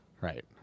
right